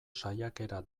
saiakera